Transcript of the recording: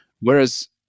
whereas